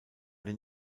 den